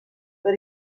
per